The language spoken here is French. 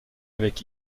avec